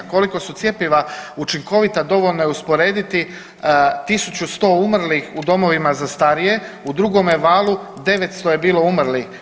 Koliko su cjepiva učinkovita dovoljno je usporediti 1.100 umrlih u domovima za starije, u drugome valu 900 je bilo umrlih.